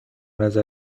نظر